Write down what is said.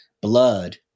blood